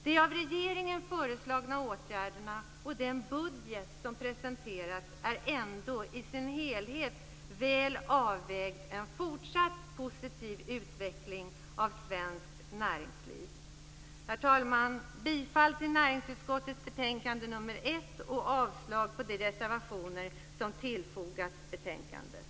De av regeringen föreslagna åtgärderna och den budget som presenterats innebär ändå i sin helhet, väl avvägda, en fortsatt positiv utveckling av svenskt näringsliv. Herr talman! Jag yrkar bifall till utskottets hemställan i näringsutskottets betänkande nr 1 och avslag på de reservationer som tillfogats betänkandet.